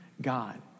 God